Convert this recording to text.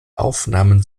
aufnahmen